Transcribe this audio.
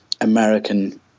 American